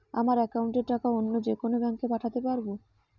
আমার একাউন্টের টাকা অন্য যেকোনো ব্যাঙ্কে পাঠাতে পারব?